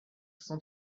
cent